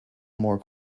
more